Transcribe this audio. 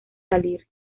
salir